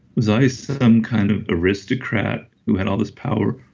was i some kind of aristocrat who had all this power?